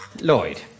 Lloyd